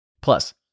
Plus